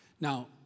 Now